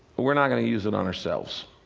we're not going to use it on ourselves.